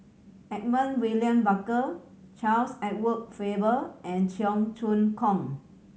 Edmund William Barker Charles Edward Faber and Cheong Choong Kong